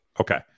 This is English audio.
Okay